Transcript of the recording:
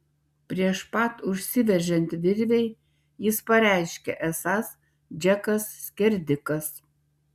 prieš pat užsiveržiant virvei jis pareiškė esąs džekas skerdikas